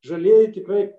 žolieji tikrai